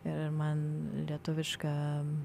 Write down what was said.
ir man lietuviška